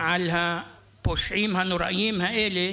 על הפושעים הנוראיים האלה,